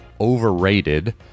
overrated